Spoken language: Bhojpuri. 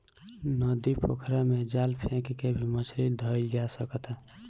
नदी, पोखरा में जाल फेक के भी मछली धइल जा सकता